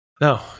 no